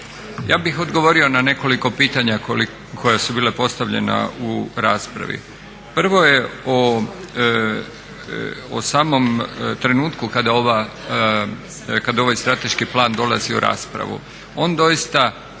Ja bih odgovorio na nekoliko pitanja koja su bila postavljena u raspravi. Prvo je o samom trenutku kada ovaj strateški plan dolazi u raspravi. On doista